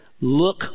look